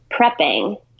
prepping